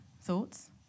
thoughts